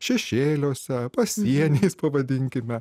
šešėliuose pasieniais pavadinkime